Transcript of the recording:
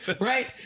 Right